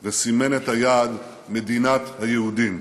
וסימן את היעד: מדינת היהודים.